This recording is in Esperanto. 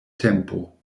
tempo